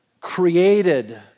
created